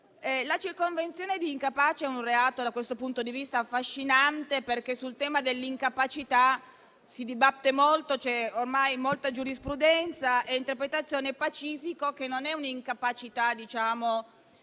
la circonvenzione di incapace è un reato da questo punto di vista affascinante perché sul tema dell'incapacità si dibatte molto. C'è ormai molta giurisprudenza ed è interpretazione pacifica che non è un'incapacità psichica